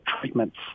treatments